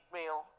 real